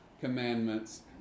commandments